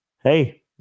hey